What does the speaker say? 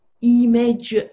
image